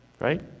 Right